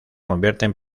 convierten